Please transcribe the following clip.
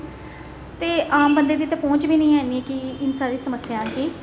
ते आम बंदा दी ते पोंह्च बी नेईं ऐ इन्नी कि इंसान दी सारी समस्यां गी